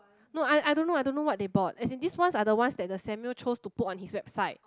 no I I don't know I don't know what they bought as in these ones are the ones that the Samuel chose to put on his website